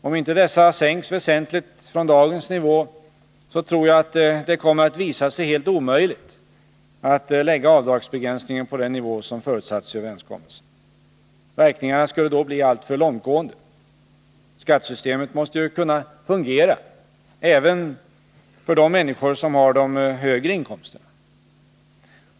Om inte dessa sänks väsentligt från dagens nivå, tror jag att det kommer att visa sig helt omöjligt att lägga avdragsbegränsningen på den nivå som förutsatts i överenskommelsen. Verkningarna skulle då bli alltför långtgående. Skattesystemet måste ju kunna fungera även för de människor som har de högre inkomsterna.